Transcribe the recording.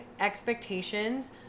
expectations